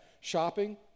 Shopping